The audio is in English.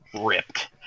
Ripped